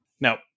Now